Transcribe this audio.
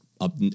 up